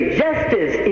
justice